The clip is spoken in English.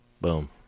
Boom